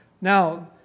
Now